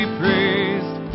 praised